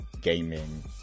gaming